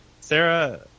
sarah